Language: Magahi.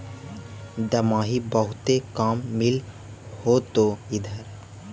दमाहि बहुते काम मिल होतो इधर?